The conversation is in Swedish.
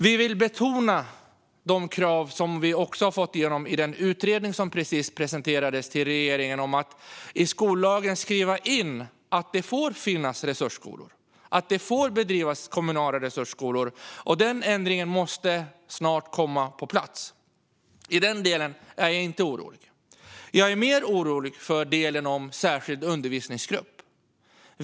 Vi vill betona de krav som vi också har fått igenom i den utredning som precis presenterades till regeringen om att i skollagen skriva in att det får finnas resursskolor och får bedrivas kommunala resursskolor. Den ändringen måste snart komma på plats. I den delen är jag inte orolig. Jag är mer orolig för delen med särskild undervisningsgrupp.